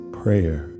prayer